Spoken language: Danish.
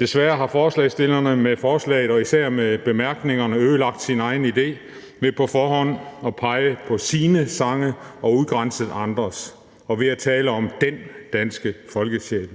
Desværre har forslagsstillerne med forslaget og især med bemærkningerne ødelagt deres egen idé ved på forhånd at pege på deres sange og udgrænset andres og ved at tale om den danske folkesjæl.